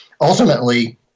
ultimately